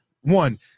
One